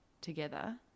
together